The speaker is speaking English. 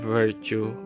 virtue